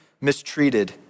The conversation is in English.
mistreated